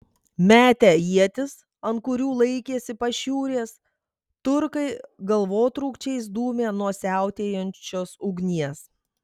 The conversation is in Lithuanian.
metę ietis ant kurių laikėsi pašiūrės turkai galvotrūkčiais dūmė nuo siautėjančios ugnies